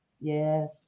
yes